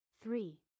Three